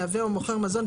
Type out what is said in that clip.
מייבא או מוכר מזון,